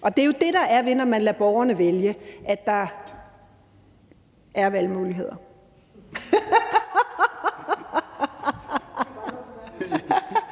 Det er jo det, der er ved det, når man lader borgerne vælge, nemlig at der er valgmuligheder.